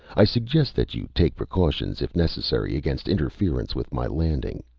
i suggest that you take precautions if necessary against interference with my landing.